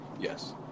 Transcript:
Yes